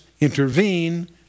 intervene